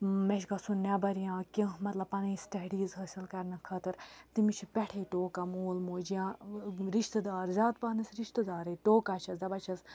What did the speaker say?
مےٚ چھِ گژھُن نیٚبَر یا کینٛہہ مطلب پَنٕنۍ سٹَڈیٖز حٲصِل کَرنہٕ خٲطرٕ تٔمِس چھِ پٮ۪ٹھَے روکان مول موج یا رِشتہٕ دار زیادٕ پَہنَس رِشتہٕ دارٕے ٹوکان چھِس دَپان چھِس